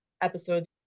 Episodes